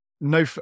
no